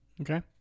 Okay